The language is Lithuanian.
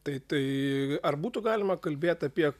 tai tai ar būtų galima kalbėt apie